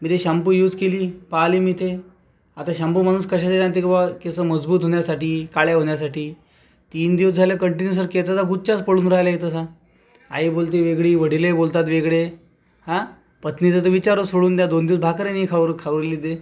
मी ती shampoo use केली पाहिली मी ती आता शॅम्पू म्हणून कशाच्यासाठी आणतो की बुवा केस मजबूत होण्यासाठी काळे होण्यासाठी तीन दिवस झाले कंटिन्यू सर केसाचा गुच्चाच पडून राहिला इथे तसा आई बोलती वेगळी वडीलही बोलतात वेगळे हा पत्नीचा तर विचारच सोडून द्या दोन दिवस भाकरही नाही खाऊ खाववली तिने